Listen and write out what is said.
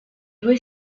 due